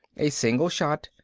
a single shot.